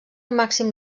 màxim